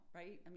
right